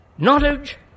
Knowledge